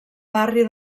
barri